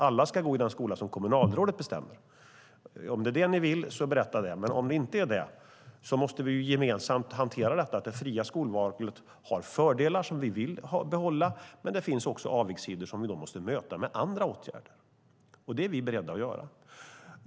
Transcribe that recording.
Alla ska gå i den skola som kommunalrådet bestämmer. Om det är det ni vill, berätta det! Om det inte är det måste vi gemensamt hantera detta. Det fria skolvalet har fördelar som vi vill behålla, men det finns också avigsidor som vi måste möta med andra åtgärder. Det är vi beredda att göra.